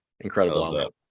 incredible